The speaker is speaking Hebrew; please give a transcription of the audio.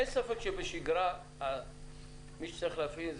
אין ספק שבשגרה מי שצריך להפעיל,